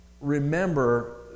remember